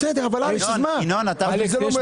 היה את זה בביטוח הלאומי, היה את זה במענק עבודה.